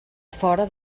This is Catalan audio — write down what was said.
fora